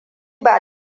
ba